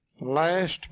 last